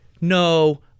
no